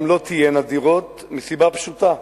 גם לא תהיינה דירות, מסיבה פשוטה,